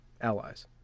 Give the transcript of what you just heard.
allies